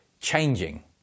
changing